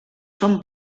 són